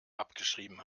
abgeschrieben